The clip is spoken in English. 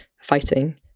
fighting